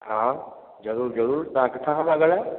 हा ज़रूरु ज़रूरु तव्हां किथां खां था ॻाल्हायो